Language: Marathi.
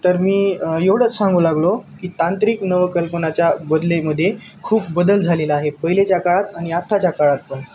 तर मी एवढंच सांगू लागलो की तांत्रिक नवकल्पनाच्या बदलामध्ये खूप बदल झालेला आहे पहिलेच्या काळात आणि आत्ताच्या काळात पण